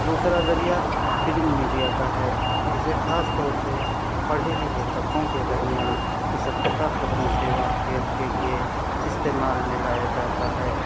دوسرا ذریعہ print media کا ہے جسے خاص طور سے پڑھے لکھے طبقوں کے درمیان مصدقہ خبروں سے واقفیت کے لئے استعمال میں لایا جاتا ہے